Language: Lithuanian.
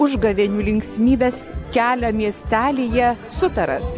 užgavėnių linksmybes kelia miestelyje sutaras